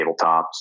tabletops